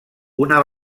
una